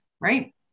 right